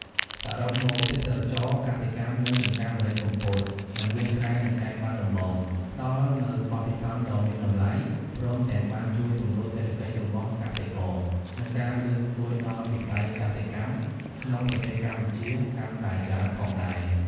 សរុបមក ទេសចរណ៍កសិកម្មនៅចម្ការម្រេចកំពត និងវាលស្រែនៅខេត្តបាត់ដំបង ផ្តល់នូវបទពិសោធន៍ដ៏មានតម្លៃ ព្រមទាំងបានជួយសម្រួលសេដ្ឋកិច្ចរបស់កសិករ និងការលើកស្ទួយដល់វិស័យកសិកម្មក្នុងប្រទេសកម្ពុជាកាន់តែច្រើនផងដែរ ។